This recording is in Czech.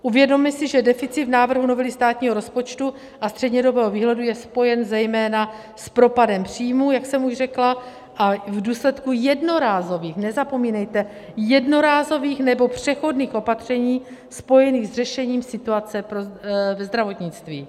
Uvědomme si, že deficit v návrhu novely státního rozpočtu a střednědobého výhledu je spojen zejména s propadem příjmů, jak jsem už řekla, a v důsledku jednorázových, nezapomínejte, nebo přechodných opatření spojených s řešením situace ve zdravotnictví.